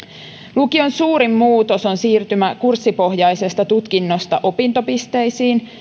lukion suurin muutos on siirtymä kurssipohjaisesta tutkinnosta opintopisteisiin